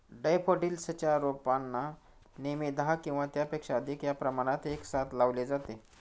daffodils च्या रोपांना नेहमी दहा किंवा त्यापेक्षा अधिक या प्रमाणात एकसाथ लावले जाते